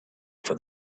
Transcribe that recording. for